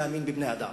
להאמין בבני-אדם,